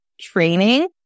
training